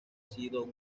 sido